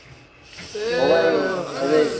ହଉ ଭାଇ ଏବେ